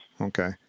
Okay